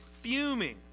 fuming